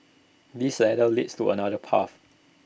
this ladder leads to another path